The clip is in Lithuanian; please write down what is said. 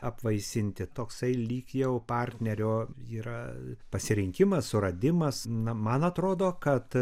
apvaisinti toksai lyg jau partnerio yra pasirinkimas suradimas na man atrodo kad